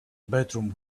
bedroom